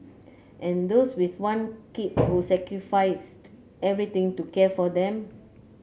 and those with one kid who sacrificed everything to care for them